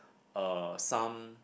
uh some